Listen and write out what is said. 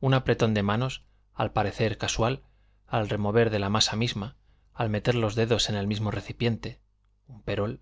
un apretón de manos al parecer casual al remover una masa misma al meter los dedos en el mismo recipiente v gr un perol